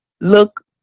look